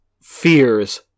fears